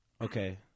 Okay